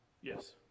Yes